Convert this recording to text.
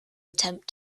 attempt